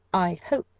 i hope,